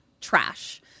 Trash